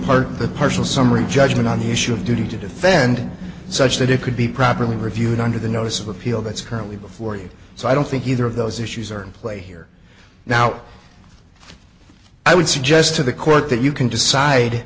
of the partial summary judgment on the issue of duty to defend such that it could be properly reviewed under the notice of appeal that's currently before you so i don't think either of those issues are in play here now i would suggest to the court that you can decide